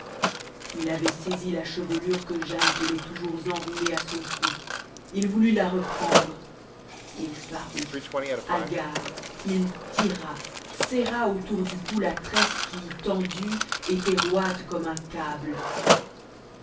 mains il avait saisi la chevelure que jane tenait toujours enroulée à son cou il voulut la reprendre et farouche hagard il tira serra autour du cou la tresse qui tendue était roide comme un câble